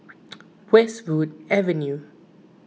Westwood Avenue